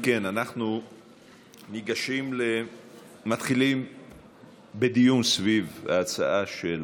אם כן, אנחנו מתחילים בדיון סביב ההצעה של